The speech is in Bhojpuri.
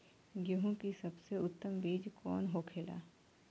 गेहूँ की सबसे उत्तम बीज कौन होखेला?